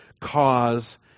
cause